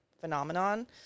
phenomenon